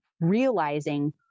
realizing